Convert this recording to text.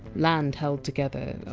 land held together,